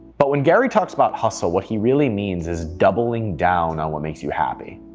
but when gary talks about hustle, what he really means is doubling down on what makes you happy.